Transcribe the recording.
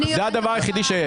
זה הדבר היחידי שיש.